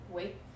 wait